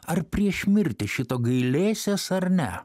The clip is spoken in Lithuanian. ar prieš mirtį šito gailėsies ar ne